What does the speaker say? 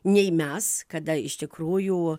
nei mes kada iš tikrųjų